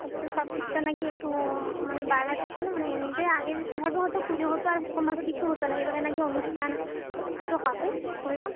তো সব কিছুতে নাকি একটু মানে বাড়াচ্ছেন মানে এমনিতে আগে যেভাবে হত পুজো হত আর সেরকমভাবে কিছু হত না এবারে নাকি অনুষ্ঠান একটু হবে শুনলাম